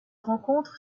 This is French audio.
rencontre